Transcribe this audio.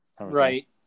Right